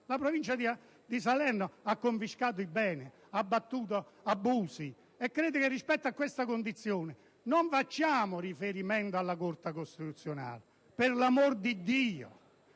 alla provincia di Salerno, che ha confiscato beni e ha abbattuto abusi, e rispetto a questa condizione non facciamo riferimento alla Corte costituzionale, per l'amor di Dio,